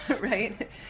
right